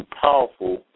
powerful